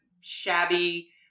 shabby